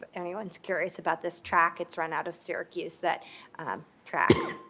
anyone is curious about this track, it's run out of syracuse that tracks,